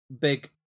big